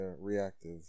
reactive